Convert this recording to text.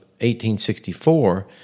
1864